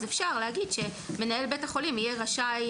אפשר להגיד שמנהל בית החולים יהיה רשאי,